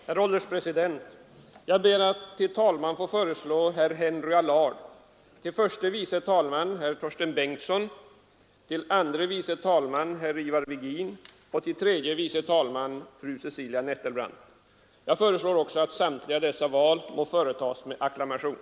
Herr ålderspresident! Jag ber att till talman få föreslå herr Henry Allard, till förste vice talman herr Torsten Bengtson, till andre vice talman herr Ivar Virgin och till tredje vice talman fru Cecilia Nettelbrandt. Jag föreslår också att samtliga dessa val måtte företas med acklamation.